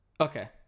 Okay